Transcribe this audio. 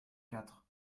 quatre